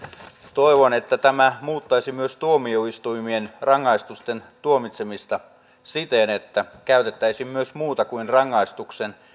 toivon että tämä muuttaisi myös tuomioistuimien rangaistusten tuomitsemista siten että käytettäisiin myös muuta kuin rangaistuksen